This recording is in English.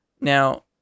Now